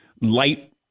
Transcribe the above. light